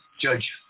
Judge